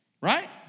right